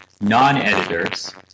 non-editors